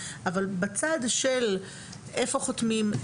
אבל בצד של איפה חותמים,